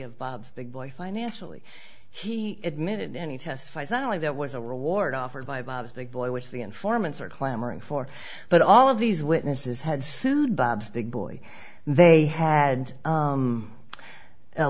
of bob's big boy financially he admitted any testifies not only that was a reward offered by bob's big boy which the informants are clamoring for but all of these witnesses had sued bob's big boy they had